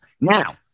Now